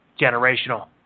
generational